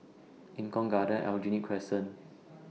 Eng Kong Garden Aljunied Crescent